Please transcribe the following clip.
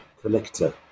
collector